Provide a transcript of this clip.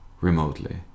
remotely